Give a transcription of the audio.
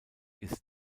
ist